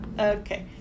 Okay